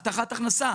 מקבלים גם הבטחת הכנסה.